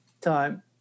time